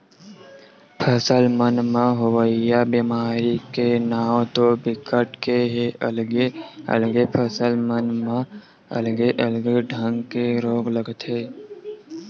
फसल मन म होवइया बेमारी के नांव तो बिकट के हे अलगे अलगे फसल मन म अलगे अलगे ढंग के रोग लगथे